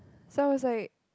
so I was like